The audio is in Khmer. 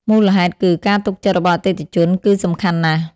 មូលហេតុគឺ ការទុកចិត្តរបស់អតិថិជនគឺសំខាន់ណាស់។